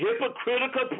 hypocritical